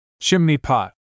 chimney-pot